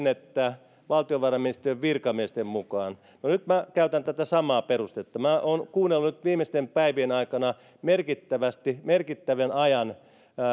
että valtiovarainministeriön virkamiesten mukaan no nyt minä käytän tätä samaa perustetta minä olen kuunnellut nyt viimeisten päivien aikana merkittävän ajan